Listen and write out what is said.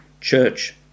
church